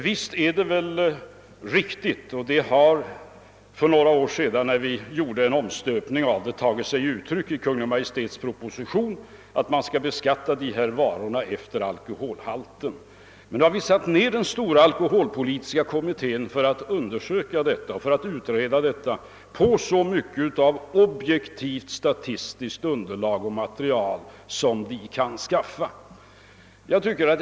Visst är väl hans inställning riktig — när vi för några år sedan gjorde en omstöpning av alkoholbeskattningen tog sig samma uppfattning uttryck i Kungl. Maj:ts proposition genom förslaget att dessa varor skulle beskattas efter alkoholhalten — men vi har nu tillsatt den stora alkoholpolitiska kommittén för att utreda frågan på så mycket av objektivt statistiskt material som den kan skaffa fram.